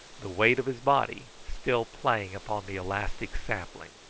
the weight of his body still playing upon the elastic sapling.